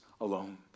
alone